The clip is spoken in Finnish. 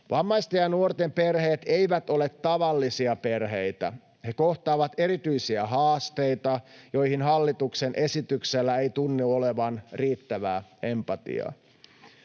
Vammaisten ja nuorten perheet eivät ole tavallisia perheitä. He kohtaavat erityisiä haasteita, joihin hallituksen esityksellä ei tunnu olevan riittävää empatiaa.